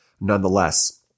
nonetheless